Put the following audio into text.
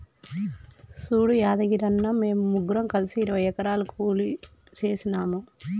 సూడు యాదగిరన్న, మేము ముగ్గురం కలిసి ఇరవై ఎకరాలు కూలికి సేసినాము